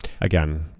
Again